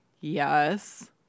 yes